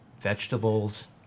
vegetables